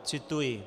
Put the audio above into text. Cituji: